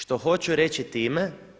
Što hoću reći time?